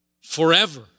Forever